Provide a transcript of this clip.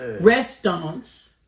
Restaurants